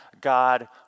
God